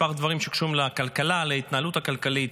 דברים שקשורים לכלכלה ולהתנהלות הכלכלית,